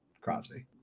Crosby